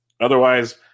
Otherwise